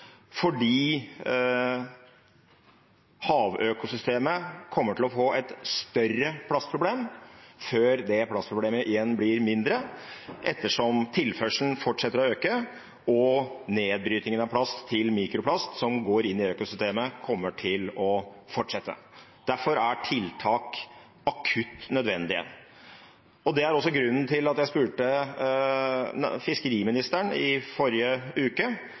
fordi havøkosystemet kommer til å få et større plastproblem før det plastproblemet igjen blir mindre, ettersom tilførselen fortsetter å øke og nedbrytingen av plast til mikroplast som går inn i økosystemet, kommer til å fortsette. Derfor er tiltak akutt nødvendige. Det er også grunnen til at jeg spurte fiskeriministeren i forrige uke